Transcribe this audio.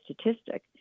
statistic